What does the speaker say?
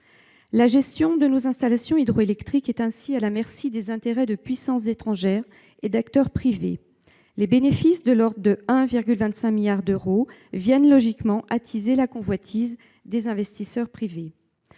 La gestion de nos installations hydroélectriques est ainsi à la merci des intérêts de puissances étrangères et d'acteurs privés. Les bénéfices estimés à environ 1,25 milliard d'euros viennent logiquement attiser la convoitise des investisseurs privés.